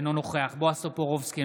אינו נוכח בועז טופורובסקי,